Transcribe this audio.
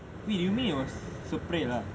wait you mean it was separate ah